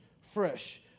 fresh